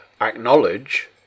acknowledge